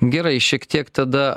gerai šiek tiek tada